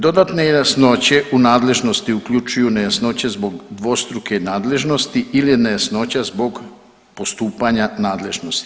Dodatne nejasnoće u nadležnosti uključuju nejasnoće zbog dvostruke nadležnosti ili nejasnoća zbog postupanja nadležnosti.